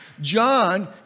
John